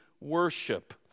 worship